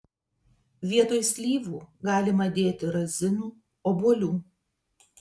vietoj slyvų galima dėti razinų obuolių